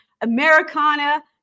Americana